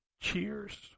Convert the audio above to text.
Cheers